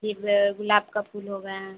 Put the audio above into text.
फिर गुलाब का फूल हो गया